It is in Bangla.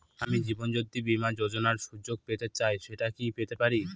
আমি জীবনয্যোতি বীমা যোযোনার সুযোগ পেতে চাই সেটা কি পেতে পারি?